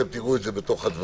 אתם תראו את זה בתוך הדברים.